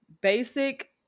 basic